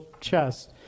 chest